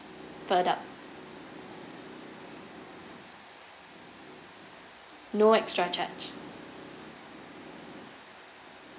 per adult no extra charge